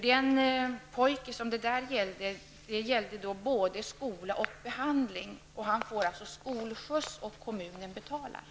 Den pojke som det gällde -- det gällde både resor till skola och behandling -- får skolskjuts, och kommunen betalar.